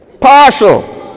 Partial